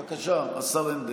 בבקשה, השר הנדל.